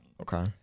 Okay